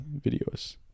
videos